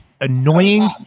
annoying